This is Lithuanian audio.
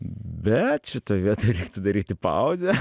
bet šitoj vietoj reiktų daryti pauzę